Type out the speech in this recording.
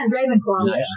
Ravenclaw